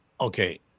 Okay